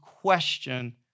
question